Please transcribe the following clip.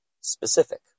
specific